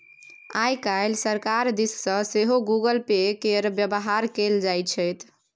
आय काल्हि सरकार दिस सँ सेहो गूगल पे केर बेबहार कएल जाइत छै